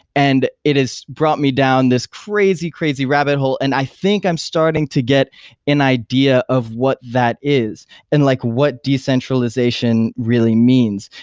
and it has brought me down this crazy, crazy rabbit hole and i think i'm starting to get an idea of what that is and like what decentralization really means.